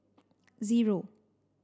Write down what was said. zero